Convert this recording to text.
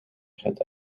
het